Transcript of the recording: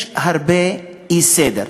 יש הרבה אי-סדר.